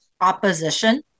opposition